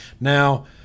Now